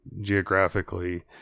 geographically